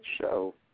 show